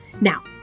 Now